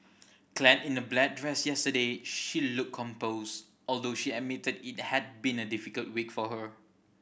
clad in a black dress yesterday she looked composed although she admitted it had been a difficult week for her